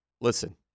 listen